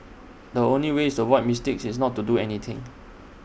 the only way to avoid mistakes is not to do anything